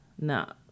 No